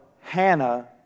Hannah